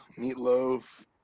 Meatloaf